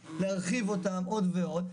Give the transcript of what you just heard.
תקציב להרחיב אותם עוד ועוד,